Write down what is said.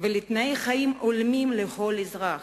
ולתנאי חיים הולמים לכל אזרח.